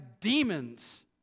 demons